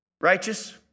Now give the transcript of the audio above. righteous